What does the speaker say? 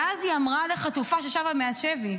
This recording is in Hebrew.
ואז היא אמרה לחטופה ששבה מהשבי,